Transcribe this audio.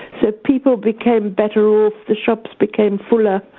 so people became better off, the shops became fuller,